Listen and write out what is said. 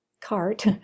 cart